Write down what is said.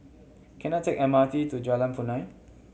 can I take M R T to Jalan Punai